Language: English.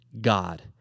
God